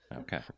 okay